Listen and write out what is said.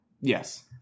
Yes